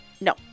No